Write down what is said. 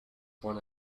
won